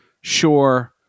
sure